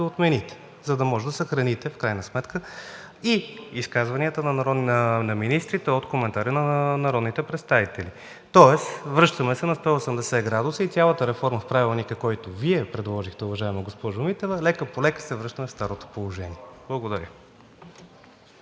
отмените, за да може да съхраните в крайна сметка и изказванията на министрите от коментари на народните представители. Тоест връщаме се на 180 градуса и цялата реформа в Правилника, който Вие предложихте, уважаема госпожо Митева, лека-полека се връщаме в старото положение. Благодаря.